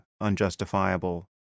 unjustifiable